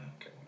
okay